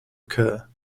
occur